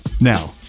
Now